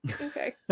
Okay